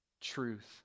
truth